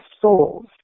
souls